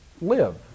live